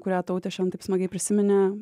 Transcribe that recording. kurią tautė šiandien taip smagiai prisiminė